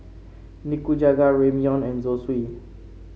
Nikujaga Ramyeon and Zosui